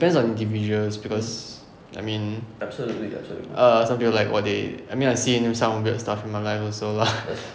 depends on individuals because I mean err some people like what they I mean I've seen some weird stuff in my life also lah